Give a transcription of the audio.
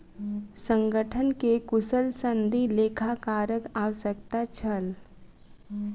संगठन के कुशल सनदी लेखाकारक आवश्यकता छल